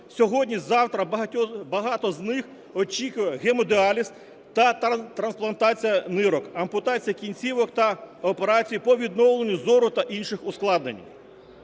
сьогодні-завтра багатьох з них очікує гемодіаліз та трансплантація нирок, ампутація кінцівок та операції по відновленню зору та інші ускладнення.